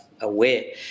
aware